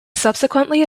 subsequently